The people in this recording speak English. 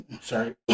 Sorry